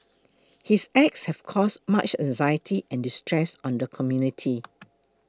his acts have caused much anxiety and distress on the community